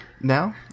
now